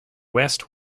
west